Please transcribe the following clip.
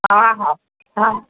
हा हा हा